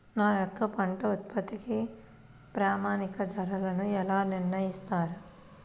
మా యొక్క పంట ఉత్పత్తికి ప్రామాణిక ధరలను ఎలా నిర్ణయిస్తారు?